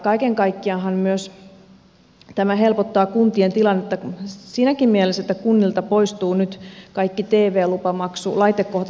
kaiken kaikkiaanhan tämä helpottaa kuntien tilannetta siinäkin mielessä että kunnilta poistuvat nyt kaikki laitekohtaiset tv lupamaksut